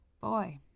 boy